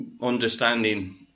understanding